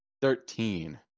Thirteen